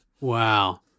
wow